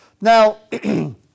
Now